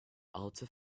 alter